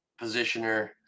positioner